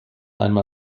einmal